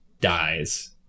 dies